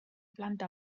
planta